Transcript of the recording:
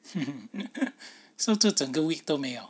so 这整个 week 都没有